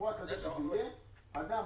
אדם